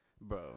bro